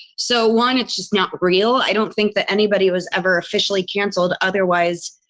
so one, it's just not real. i don't think that anybody was ever officially canceled. otherwise